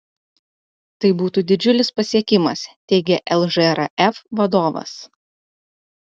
tai būtų didžiulis pasiekimas teigė lžrf vadovas